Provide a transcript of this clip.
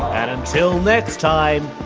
and until next time.